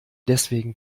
deswegen